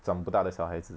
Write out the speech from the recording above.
长不大的小孩子